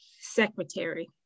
Secretary